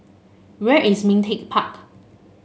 where is Ming Teck Park